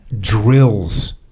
drills